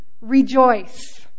rejoice